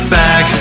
back